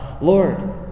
Lord